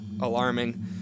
alarming